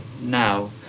now